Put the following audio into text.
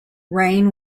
rain